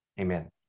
Amen